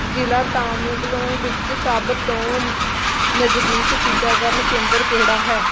ਜ਼ਿਲ੍ਹਾ ਤਾਮੇਂਗਲੋਂ ਵਿੱਚ ਸਭ ਤੋਂ ਨਜ਼ਦੀਕ ਟੀਕਾਕਰਨ ਕੇਂਦਰ ਕਿਹੜਾ ਹੈ